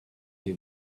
they